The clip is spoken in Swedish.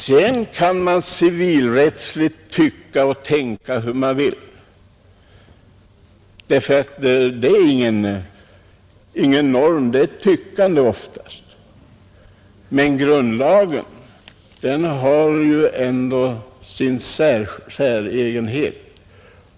Sedan kan man civilrättsligt tycka och tänka hur man vill, ty oftast har man ingen norm utan det är fråga om ett tyckande, Men grundlagen har ändå sin särställning.